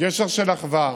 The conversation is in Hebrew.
גשר של אחווה,